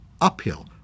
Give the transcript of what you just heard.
uphill